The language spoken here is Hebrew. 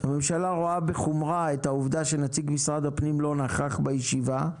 הוועדה רואה בחומרה את העובדה שנציג משרד הפנים לא נכח בישיבה,